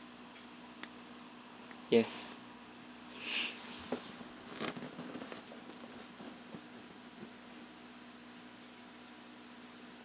yes